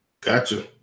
Gotcha